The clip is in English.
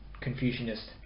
Confucianist